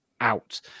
out